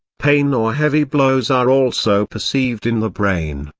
pain or heavy blows are also perceived in the brain.